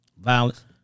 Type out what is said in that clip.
violence